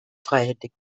freihändig